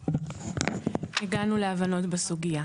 הגענו להבנות בסוגייה.